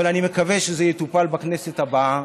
ואני מקווה שזה יטופל בכנסת הבאה.